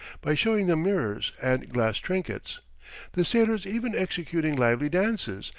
by showing them mirrors and glass trinkets the sailors even executing lively dances,